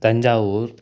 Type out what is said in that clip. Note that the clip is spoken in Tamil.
தஞ்சாவூர்